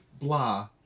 blah